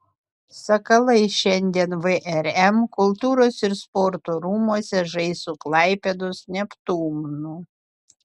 sakalai šiandien vrm kultūros ir sporto rūmuose žais su klaipėdos neptūnu